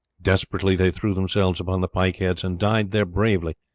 desperately they threw themselves upon the pike-heads and died there bravely,